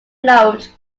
note